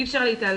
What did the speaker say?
אי אפשר להתעלם